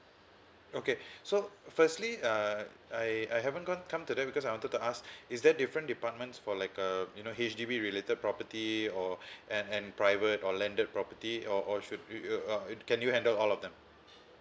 okay so firstly uh I I haven't got time to that because I wanted to ask is there different departments for like uh you know H_D_B related property or and and private or landed property or or should we uh can you handle all of them